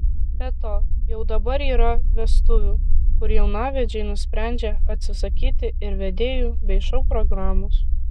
be to jau dabar yra vestuvių kur jaunavedžiai nusprendžia atsisakyti ir vedėjų bei šou programos